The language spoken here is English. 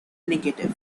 negative